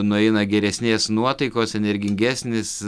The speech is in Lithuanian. nueina geresnės nuotaikos energingesnis